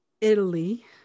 Italy